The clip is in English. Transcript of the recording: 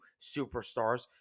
superstars